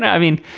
i mean,